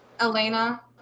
Elena